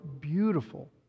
beautiful